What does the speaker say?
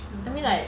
true